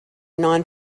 non